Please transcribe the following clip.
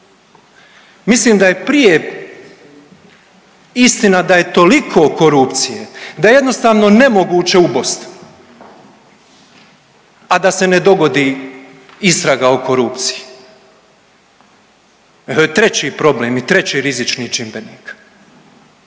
Mislim da je prije istina da je toliko korupcije da jednostavno nemoguće ubosti, a da se ne dogodi istraga o korupciji. Treći problem i treći rizični čimbenik.